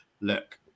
look